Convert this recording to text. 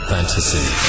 Fantasy